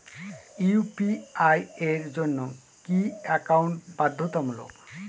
UPI এর জন্য কি একাউন্ট বাধ্যতামূলক?